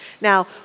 Now